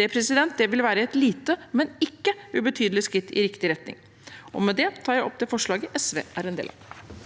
Det ville være et lite, men ikke ubetydelig skritt i riktig retning. Med det tar jeg opp det forslaget SV er med på.